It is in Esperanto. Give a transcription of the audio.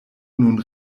nun